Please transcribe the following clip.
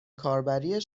کاربری